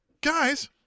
guys